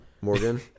Morgan